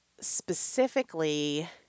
Specifically